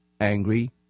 angry